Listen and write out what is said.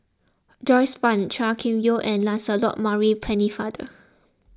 Joyce Fan Chua Kim Yeow and Lancelot Maurice Pennefather